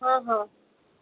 ହଁ ହଁ